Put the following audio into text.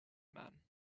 man